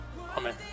Amen